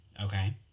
Okay